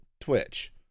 Twitch